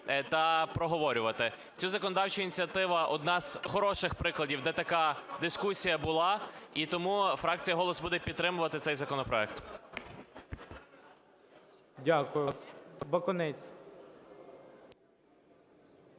та проговорювати. Ця законодавча ініціатива одна з хороших прикладів, де така дискусія була, і тому фракція "Голос" буде підтримувати цей законопроект.